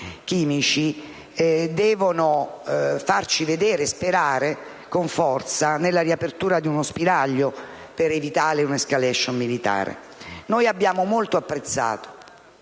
chimici devono farci sperare con forza nella riapertura di uno spiraglio per evitare un'*escalation* militare. Noi abbiamo molto apprezzato